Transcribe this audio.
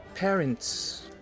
parents